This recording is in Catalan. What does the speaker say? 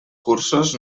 cursos